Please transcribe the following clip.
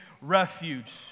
refuge